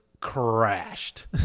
Crashed